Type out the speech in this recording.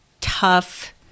tough